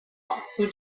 who